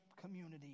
community